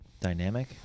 dynamic